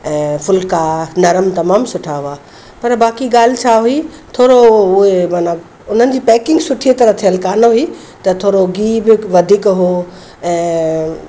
ऐं फुल्का नरम तमामु सुठा हुआ पर बाक़ी ॻाल्हि छा हुई थोरो उहे माना उन्हनि जी पैकिंग सुठी तरह थियलु कोन हुई त थोरो गिहु बि वधीक हुओ ऐं